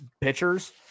pitchers